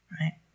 right